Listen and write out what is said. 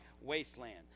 wasteland